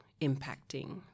impacting